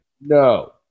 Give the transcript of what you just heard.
No